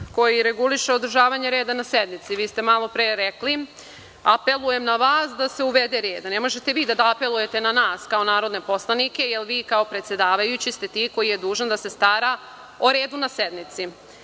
koji reguliše održavanje reda na sednici. Vi ste malopre rekli - apelujem na vas da se uvede red. Ne možete vi da apelujete na nas kao narodne poslanike, jer vi kao predsedavajući ste ti koji je dužan da se stara o redu na sednici. Drugo,